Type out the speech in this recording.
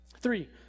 Three